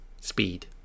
speed